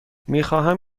میخواهم